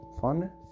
fun